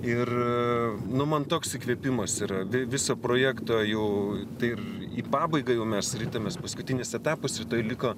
ir nu man toks įkvėpimas yra viso projekto jau tai ir į pabaigą jau mes ritamės paskutinis etapas liko